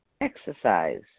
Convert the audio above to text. exercise